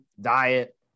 diet